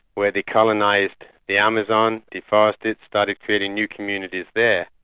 where they colonised the amazon, deforested it, started creating new communities there.